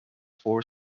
four